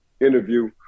interview